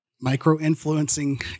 micro-influencing